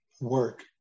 work